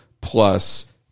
plus